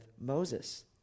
Moses